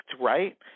right